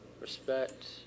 Respect